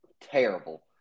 Terrible